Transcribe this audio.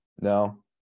No